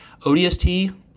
ODST-